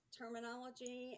terminology